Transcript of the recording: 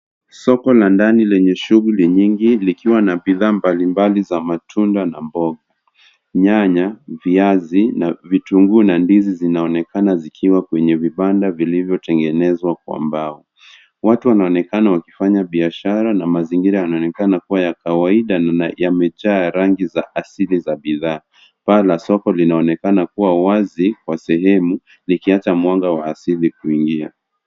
Soko la ndani lenye shughuli nyingi likiwa na bidhaa mbalimbali za matunda na mboga. Nyanya, viazi na vitunguu na ndizi zinaonekana zikiwa kwenye vibanda vilivyotengenezwa kwa mbao. Watu wanaonekana wakifanya biashara na mazingira yanaonekana kuwa ya kawaida na yamejaa rangi za asili za bidhaa. Paa la soko linaonekana kuwa wazi kwa sehemu likiacha mwanga wa asili kuingia.